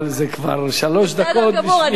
אבל זה כבר שלוש דקות בשביל, בסדר גמור.